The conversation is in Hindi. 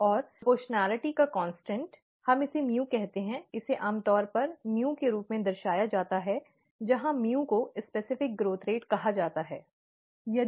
और आनुपातिकता का कांस्टेंट हम इसे म्यू कहते हैं इसे आमतौर पर म्यू के रूप में दर्शाया जाता है जहां म्यू को विशिष्ट विकास दर'specific growth rate' कहा जाता है ठीक है